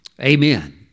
Amen